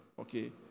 okay